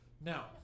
Now